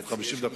זה 50 דקות.